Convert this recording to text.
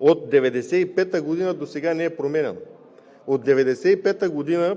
от 1995 г. досега не е променян. От 1995